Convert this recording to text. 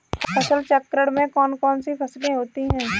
फसल चक्रण में कौन कौन सी फसलें होती हैं?